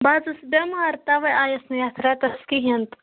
بہٕ حٲز ٲسٕس بیٚمار تَوے آیس نہٕ یَتھ رٮ۪تس کِہنۍ تہِ